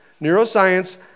Neuroscience